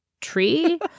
tree